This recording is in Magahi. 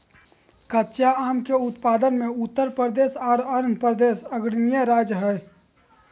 कच्चा आम के उत्पादन मे उत्तर प्रदेश आर आंध्रप्रदेश अग्रणी राज्य हय